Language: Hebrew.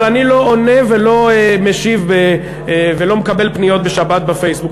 אבל אני לא עונה ולא משיב ולא מקבל פניות בשבת בפייסבוק.